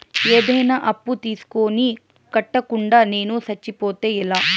ఏదైనా అప్పు తీసుకొని కట్టకుండా నేను సచ్చిపోతే ఎలా